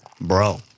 Bro